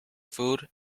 food